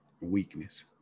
weakness